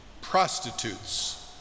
prostitutes